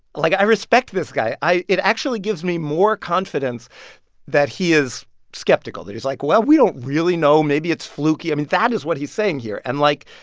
like, i respect this guy. i it actually gives me more confidence that he is skeptical, that he's like, well, we don't really know. maybe it's fluky. i mean, that is what he's saying here. and, like,